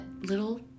little